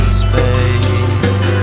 space